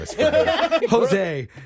Jose